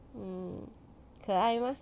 mm 可爱吗